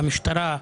למשטרה,